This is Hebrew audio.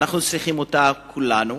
ואנחנו צריכים אותם כולנו.